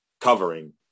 covering